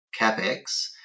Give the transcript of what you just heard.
CapEx